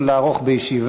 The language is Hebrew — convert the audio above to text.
נעבור להצעת החוק